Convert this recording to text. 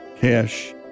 Cash